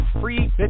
free